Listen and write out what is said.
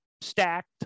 stacked